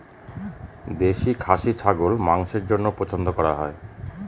ছাগলের কোন জাত মাংসের জন্য পছন্দ করা হয়?